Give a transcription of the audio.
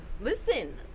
Listen